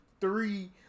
three